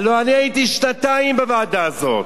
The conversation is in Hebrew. הלוא אני הייתי שנתיים בוועדה הזאת,